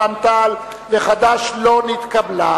רע"ם-תע"ל וחד"ש לא נתקבלה.